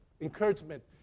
encouragement